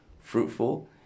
fruitful